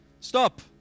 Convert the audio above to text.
stop